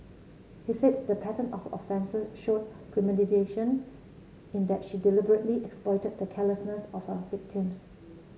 he said the pattern of offences showed premeditation in that she deliberately exploited the carelessness of her victims